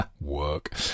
Work